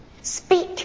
Speak